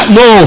no